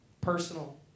personal